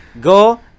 Go